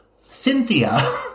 Cynthia